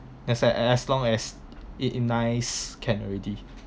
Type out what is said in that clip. as in as as long as it's nice can already